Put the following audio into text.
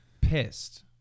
pissed